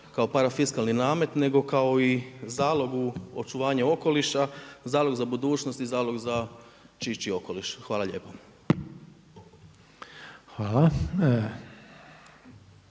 kao parafiskalni namet nego kao i zalog u očuvanje okoliša, zalog za budućnost i zalog za čišći okoliš. Hvala lijepo.